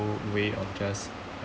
way of just